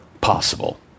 possible